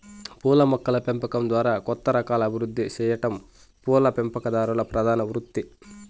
పూల మొక్కల పెంపకం ద్వారా కొత్త రకాలను అభివృద్ది సెయ్యటం పూల పెంపకందారుల ప్రధాన వృత్తి